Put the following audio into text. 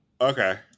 Okay